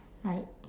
like